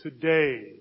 today